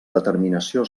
determinació